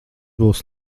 būs